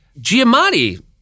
Giamatti